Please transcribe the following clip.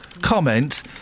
comment